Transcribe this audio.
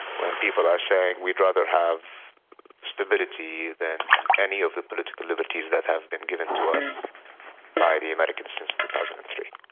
when people are saying we'd rather have stability than any of the political liberties that have been given to us by the americans since two thousand and three.